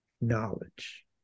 knowledge